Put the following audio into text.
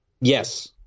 yes